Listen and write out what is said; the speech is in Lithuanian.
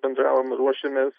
bendravom ir ruošėmės